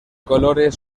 colores